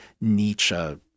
Nietzsche